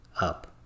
up